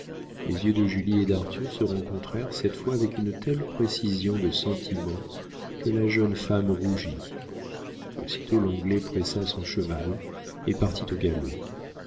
les yeux de julie et d'arthur se rencontrèrent cette fois avec une telle précision de sentiment que la jeune femme rougit aussitôt l'anglais pressa son cheval et partit au galop